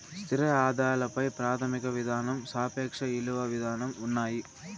స్థిర ఆదాయాల పై ప్రాథమిక విధానం సాపేక్ష ఇలువ విధానం ఉన్నాయి